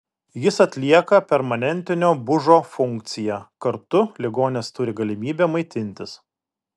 jis atlieka permanentinio bužo funkciją kartu ligonis turi galimybę maitintis